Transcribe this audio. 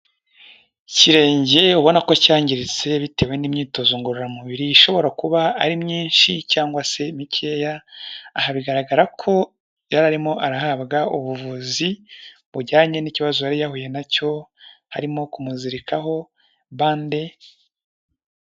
Ikirenge ubona ko cyangiritse bitewe n'imyitozo ngororamubiri ishobora kuba ari myinshi cyangwa se mikeya, aha bigaragara ko yari arimo arahabwa ubuvuzi bujyanye n'ikibazo yari yahuye na cyo harimo kumuzirikaho bande.